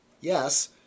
Yes